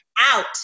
out